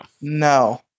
No